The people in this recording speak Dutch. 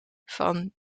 van